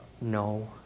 No